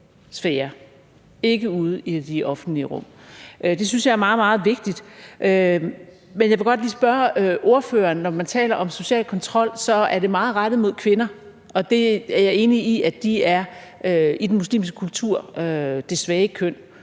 sfære – ikke ude i det offentlige rum. Det synes jeg er meget, meget vigtigt. Men jeg vil godt lige stille ordføreren et spøgsmål. Når man taler om social kontrol, er det meget rettet mod kvinder, og jeg er enig i, at de i den muslimske kultur er det svage køn